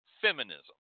feminism